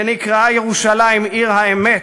ונקראה ירושלים עיר האמת,